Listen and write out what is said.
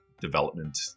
development